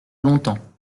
longtemps